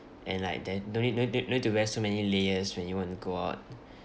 and like then don't need don't need no need to wear so many layers when you want to go out